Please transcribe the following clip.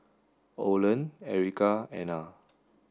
Oland Erica Ana